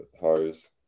hose